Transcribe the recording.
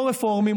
לא רפורמים,